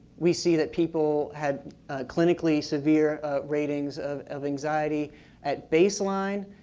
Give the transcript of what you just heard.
we see that people had clinically severe ratings of of anxiety at base line.